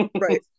Right